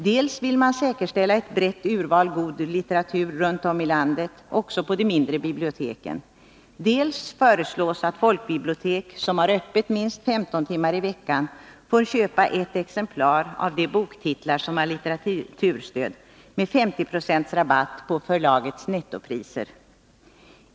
Dels vill man säkerställa ett brett urval god litteratur runt om i landet, också på de mindre biblioteken, dels föreslås att folkbibliotek som har öppet minst 15 timmar i veckan får 7n köpa ett exemplar av de boktitlar som har litteraturstöd med 50 96 rabatt på förlagets nettopriser.